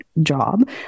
job